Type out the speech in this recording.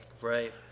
right